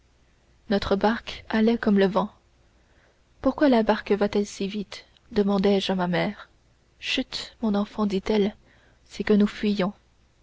notre barque allait comme le vent pourquoi la barque va-t-elle si vite demandai-je à ma mère chut mon enfant dit-elle c'est que nous fuyons